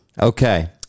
Okay